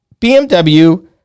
BMW